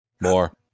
More